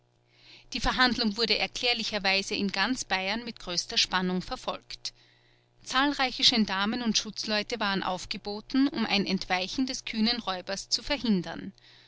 die verhandlung wurde erklärlicherweise in ganz bayern mit größter spannung verfolgt zahlreiche gendarmen und schutzleute waren aufgeboten um ein entweichen des kühnen räubers zu verhindern